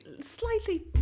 slightly